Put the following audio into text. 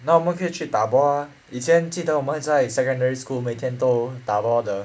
那我们可以去打 ball ah 以前记得我们在 secondary school 每天都打 ball 的